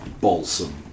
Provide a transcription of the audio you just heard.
Balsam